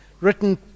Written